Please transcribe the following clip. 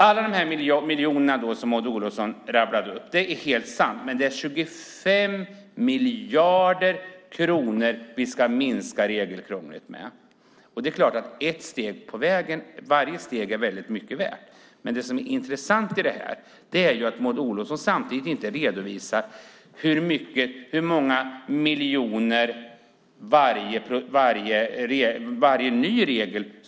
Alla de miljoner som Maud Olofsson rabblade upp är helt riktiga, men det är 25 miljarder kronor som vi ska minska regelkrånglet med. Varje steg på vägen är naturligtvis mycket värt.